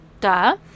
Duh